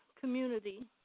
community